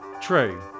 true